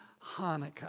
Hanukkah